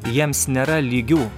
jiems nėra lygių